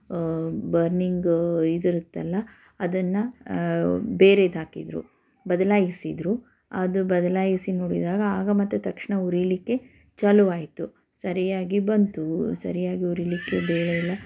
burning ಇದಿರತ್ತಲ್ಲ ಅದನ್ನು ಬೇರೇದು ಹಾಕಿದರು ಬದಲಾಯಿಸಿದರು ಅದು ಬದಲಾಯಿಸಿ ನೋಡಿದಾಗ ಆಗ ಮತ್ತೆ ತಕ್ಷಣ ಉರಿಲಿಕ್ಕೆ ಚಾಲುವಾಯಿತು ಸರಿಯಾಗಿ ಬಂತು ಸರಿಯಾಗಿ ಉರಿಲಿಕ್ಕೆ ಬೇಳೆ ಎಲ್ಲ